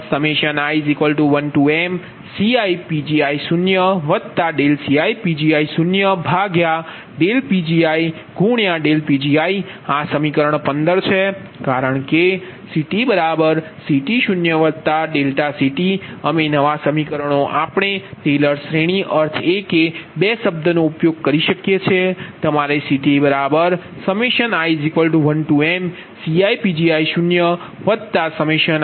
એટલે કે તમારા CTi1mCiPgi0CiPgi0Pgi∆Pgi આ સમીકરણ 15 છે કારણ કે CTCT0∆CT અમે નવા સમીકરણ આપણે ટેલર શ્રેણી અર્થ એ કે બે શબ્દનો ઉપયોગ કરી શકીયે છે